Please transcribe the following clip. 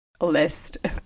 list